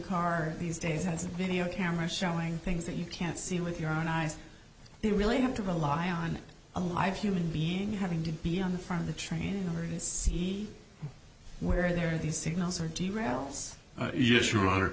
car these days has a video camera showing things that you can't see with your own eyes they really have to rely on a live human being having to be on the front of the train and see where there are these signals or